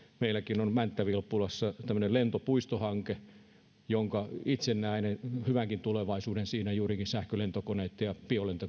meilläkin on mänttä vilppulassa tämmöinen lentopuistohanke ja itse näen hyvänkin tulevaisuuden siinä juurikin sähkölentokoneitten ja